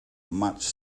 much